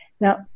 Now